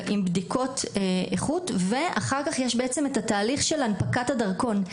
עם בדיקות איכות ואחר כך יש בעצם את התהליך של הנפקת הדרכון.